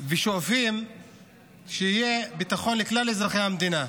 ושואפים שיהיה ביטחון לכלל אזרחי המדינה,